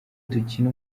dukina